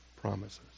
promises